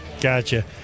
Gotcha